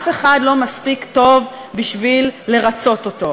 אף אחד לא מספיק טוב בשביל לרצות אותו.